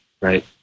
right